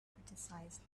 criticized